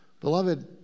Beloved